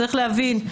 צריך להבין,